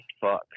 fuck